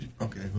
Okay